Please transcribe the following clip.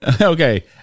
Okay